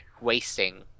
wasting